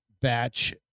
batch